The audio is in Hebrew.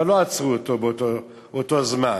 אבל לא עצרו אותו באותו זמן,